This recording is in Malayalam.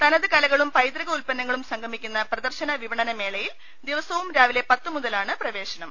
തനത് കലകളും പൈതൃക ഉത്പന്നങ്ങളും സംഗമിക്കുന്ന പ്രദർശന വിപണന മേളയിൽ ദിവസവും രാവിലെ പത്ത് മുതലാണ് പ്രവേശനം